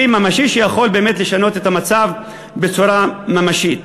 כלי ממשי שיכול באמת לשנות את המצב בצורה ממשית.